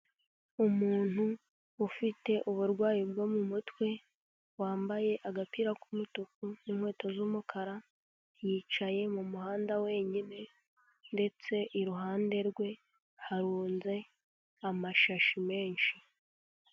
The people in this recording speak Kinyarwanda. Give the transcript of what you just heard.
Umuntu ufite uburwayi bwo mu mutwe, wambaye agapira k'umutuku n'inkweto z'umukara, yicaye mu muhanda wenyine ndetse iruhande rwe harunze amashashi menshi.